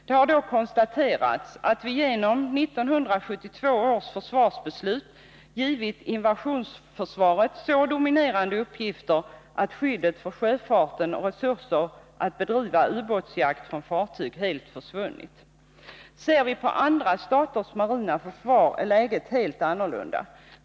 Det har då konstaterats att vi genom 1972 års försvarsbeslut givit invasionsförsvaret så dominerande uppgifter att skyddet för sjöfarten och resurser att bedriva ubåtsjakt från fartyg helt försvunnit. Ser vi på andra staters marina försvar, finner vi att läget är helt annorlunda.